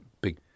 big